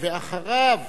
אחריו,